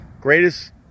greatest